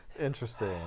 Interesting